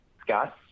Scott